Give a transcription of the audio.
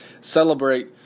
celebrate